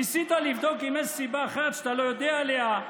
ניסית לבדוק אם יש סיבה אחרת שאתה לא יודע עליה,